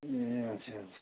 ए आच्छा आच्छा